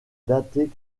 datées